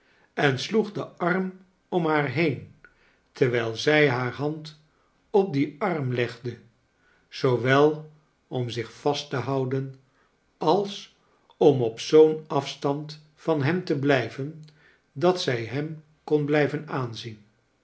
en sloeg den arm om haar heen terwijl zij haar hand op dien arm legde zoowel om zieh vast te houden als om op zooi'n afstand van hem te blijven dat zij hem kon blijven aanzien